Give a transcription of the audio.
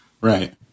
right